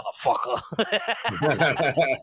motherfucker